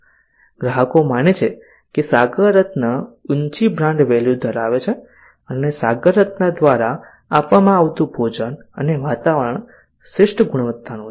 ગ્રાહકો માને છે કે સાગર રત્ન ઊચી બ્રાન્ડ વેલ્યુ ધરાવે છે અને સાગર રત્ન દ્વારા આપવામાં આવતું ભોજન અને વાતાવરણ શ્રેષ્ઠ ગુણવત્તાનું છે